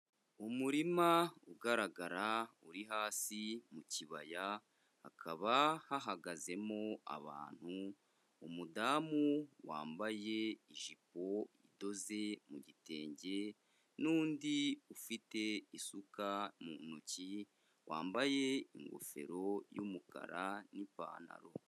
Umurima ugaragara uri hasi mu kibaya, hakaba hahagazemo abantu, umudamu wambaye ijipo idoze mu gitenge n'undi ufite isuka mu ntoki, wambaye ingofero y'umukara n'ipantaro.